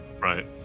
Right